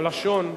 הלשון.